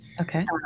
Okay